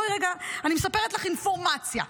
בואי רגע, אני מספרת לך אינפורמציה.